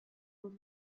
with